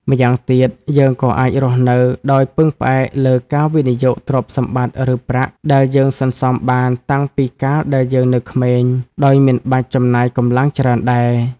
ម្យ៉ាងទៀត យើងក៏អាចរស់នៅដោយពឹងផ្អែកលើការវិនិយោគទ្រព្យសម្បត្តិឬប្រាក់ដែលយើងសន្សំបានតាំងពីកាលដែលយើងនៅក្មេង ដោយមិនបាច់ចំណាយកម្លាំងច្រើនដែរ។